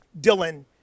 Dylan